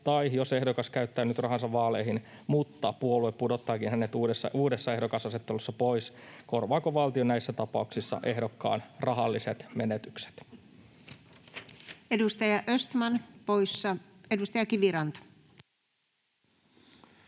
tai jos ehdokas käyttää nyt rahansa vaaleihin mutta puolue pudottaakin hänet uudessa ehdokasasettelussa pois, korvaako valtio näissä tapauksissa ehdokkaan rahalliset menetykset? [Speech 202] Speaker: Anu Vehviläinen